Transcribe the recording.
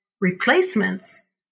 replacements